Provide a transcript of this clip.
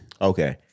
Okay